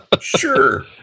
Sure